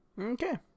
Okay